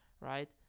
right